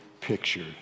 picture